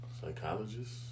Psychologist